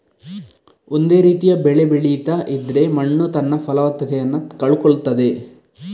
ಒಂದೇ ರೀತಿಯ ಬೆಳೆ ಬೆಳೀತಾ ಇದ್ರೆ ಮಣ್ಣು ತನ್ನ ಫಲವತ್ತತೆಯನ್ನ ಕಳ್ಕೊಳ್ತದೆ